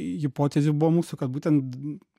hipotezių buvo mūsų kad būtent